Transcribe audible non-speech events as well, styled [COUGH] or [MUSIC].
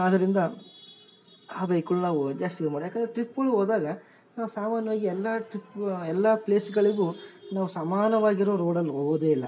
ಆದರಿಂದ ಆ ಬೈಕ್ಗಳ್ ನಾವು ಜಾಸ್ತಿ [UNINTELLIGIBLE] ಟ್ರಿಪ್ಗಳ್ ಹೋದಾಗ ಸಾಮಾನ್ಯವಾಗಿ ಎಲ್ಲ ಟ್ರಿಪ್ ಎಲ್ಲ ಪ್ಲೇಸ್ಗಳಿಗೂ ನಾವು ಸಮಾನವಾಗಿರುವ ರೋಡಲ್ಲಿ ಹೋಗೋದೆ ಇಲ್ಲ